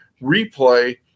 replay